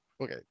okay